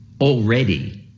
already